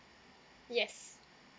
yes